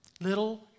little